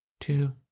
two